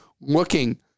looking